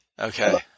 Okay